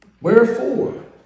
Wherefore